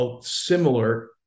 similar